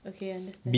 okay understand